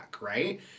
right